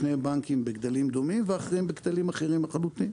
שני בנקים בגדלים דומים ואחרים בגדלים אחרים לחלוטין.